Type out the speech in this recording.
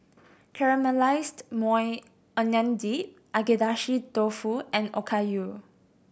Caramelized Maui Onion Dip Agedashi Dofu and Okayu